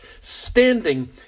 standing